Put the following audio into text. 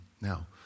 Now